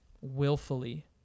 willfully